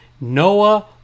Noah